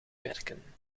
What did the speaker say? werken